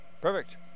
Perfect